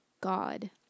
God